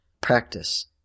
practice